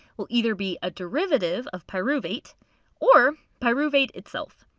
will either be a derivative of pyruvate or pyruvate itself.